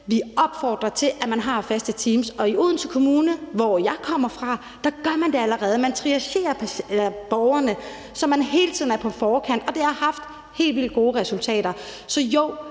og opfordrer til, at man har faste teams. Og i Odense Kommune, hvor jeg kommer fra, gør man det allerede. Man triagerer borgerne, så man hele tiden er på forkant, og det har haft helt vildt gode resultater. Så jo,